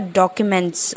documents